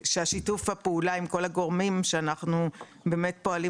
ששיתוף הפעולה עם כל הגורמים שאנחנו פועלים